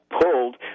pulled